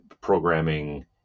programming